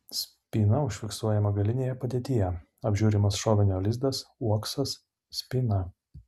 spyna užfiksuojama galinėje padėtyje apžiūrimas šovinio lizdas uoksas spyna